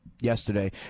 yesterday